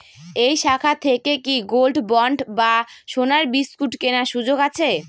এই শাখা থেকে কি গোল্ডবন্ড বা সোনার বিসকুট কেনার সুযোগ আছে?